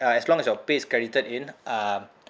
uh as long as your pay is credited in uh